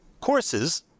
courses